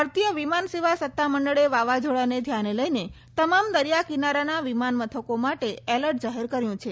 ભારતીય વિમાન સેવા સત્તામંડળે વાવાઝોડાને ધ્યાને લઈને તમામ દરિયા કિનારાના વિમાન મથકો માટે એલર્ટ જાહેર કર્યું છે